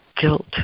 guilt